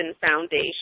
Foundation